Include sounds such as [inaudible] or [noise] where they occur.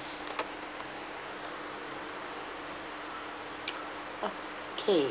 [noise] okay